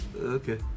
okay